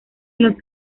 los